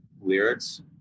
lyrics